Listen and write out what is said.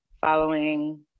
following